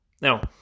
now